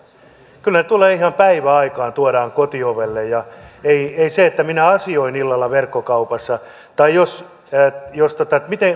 kyllä ne tulevat ihan päiväaikaan tuodaan kotiovelle ja siihen se että minä asioivillalla verkkokaupassa tai jos ja jos tuta miten